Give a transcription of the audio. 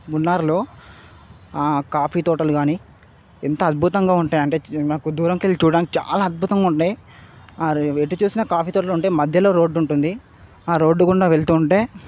మున్నార్లో కాఫీతోటలు కాని ఎంత అద్భుతంగా ఉంటాయంటే చ మనకు దూరంకెళ్ళి చూడడానికి చాలా అద్భుతంగుంటయి అరె ఎటు చూసినా కాఫీతోటలుంటాయ్ మధ్యలో రోడ్డుంటుంది రోడ్డుగుండా వెళ్తుంటే